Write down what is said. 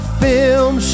film